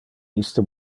iste